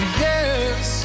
yes